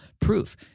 proof